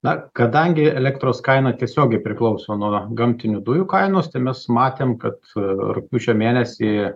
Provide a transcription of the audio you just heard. na kadangi elektros kaina tiesiogiai priklauso nuo gamtinių dujų kainos tai mes matėm kad rugpjūčio mėnesį